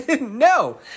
no